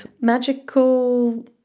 magical